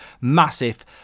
massive